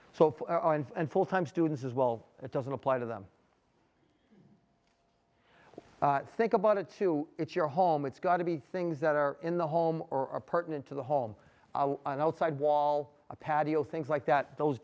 so and full time students as well it doesn't apply to them think about it too it's your home it's got to be things that are in the home or apartment to the home and outside wall a patio things like that those